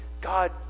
God